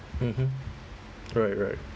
mmhmm right right